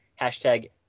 hashtag